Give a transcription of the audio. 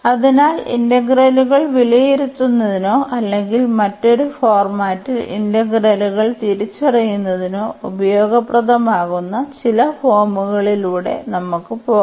അതിനാൽ ഇന്റഗ്രലുകൾ വിലയിരുത്തുന്നതിനോ അല്ലെങ്കിൽ മറ്റൊരു ഫോർമാറ്റിൽ ഇന്റഗ്രലുകൾ തിരിച്ചറിയുന്നതിനോ ഉപയോഗപ്രദമാകുന്ന ചില ഫോമുകളിലൂടെ നമുക്ക് പോകാം